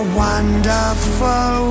wonderful